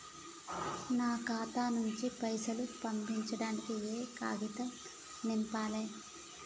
నా ఖాతా నుంచి పైసలు పంపించడానికి ఏ కాగితం నింపాలే?